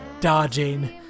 dodging